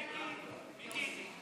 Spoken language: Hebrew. נגיף